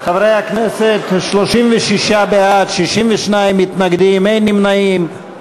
חברי הכנסת, 36 בעד, 62 מתנגדים, אין נמנעים,